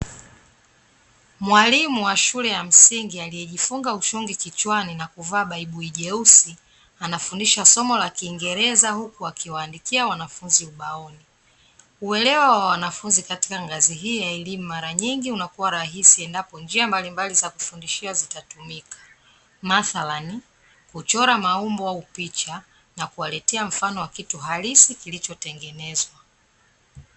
Mwalimu wa shule ya msingi aliyejifunga ushungi kichwani na kuvaa baibui jeusi anafundisha somo la kiingereza huku wakiwaandikia wanafunzi ubaoni. Uelewa wa wanafunzi katika ngazi hii ya elimu mara nyingi unakuwa rahisi endapo njia mbalimbali za kufundishia zitatumika, mathalani kuchora maumbo au picha na kuwaletea mfano wa kitu halisi kilichotengenezwa .